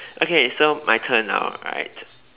okay so my turn now right